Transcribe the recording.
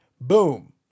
boom